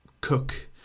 cook